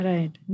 Right